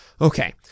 Okay